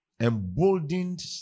emboldened